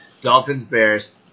Dolphins-Bears